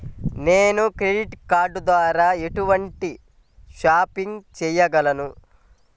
నేను credit card ద్వార ఎటువంటి షాపింగ్ చెయ్యగలను?